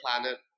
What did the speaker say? planet